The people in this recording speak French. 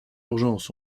urgence